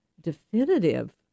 definitive